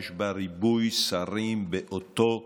יש בה ריבוי שרים באותו משרד.